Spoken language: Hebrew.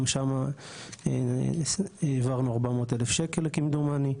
גם לשמה העברנו 400 אלף שקל כמדומני,